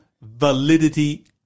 validity